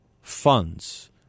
funds